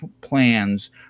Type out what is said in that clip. plans